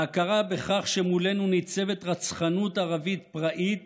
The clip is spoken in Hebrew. להכרה בכך שמולנו ניצבת רצחנות ערבית פראית